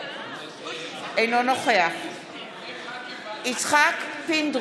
אינו נוכח יפעת שאשא ביטון,